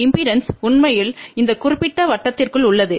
impedance உண்மையில் இந்த குறிப்பிட்ட வட்டத்திற்குள் உள்ளது